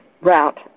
route